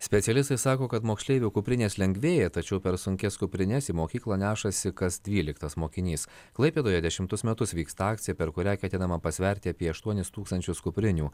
specialistai sako kad moksleivių kuprinės lengvėja tačiau per sunkias kuprines į mokyklą nešasi kas dvyliktas mokinys klaipėdoje dešimtus metus vyksta akcija per kurią ketinama pasverti apie aštuonis tūkstančius kuprinių